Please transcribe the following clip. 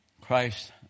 Christ